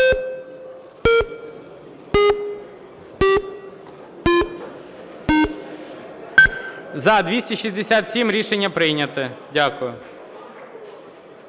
За-235 Рішення прийнято. Дякую.